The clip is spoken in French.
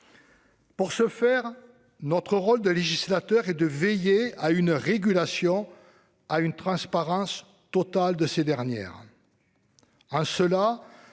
Pour ce faire, notre rôle de législateurs est de veiller à une régulation et à une transparence totale de ces dernières. En cela,